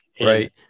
right